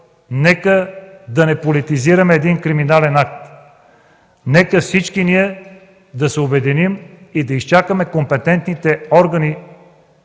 Нека не политизираме един криминален акт, нека всички да се обединим и да изчакаме компетентните органи